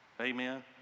Amen